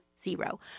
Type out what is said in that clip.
zero